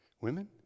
Women